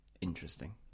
Interesting